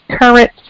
current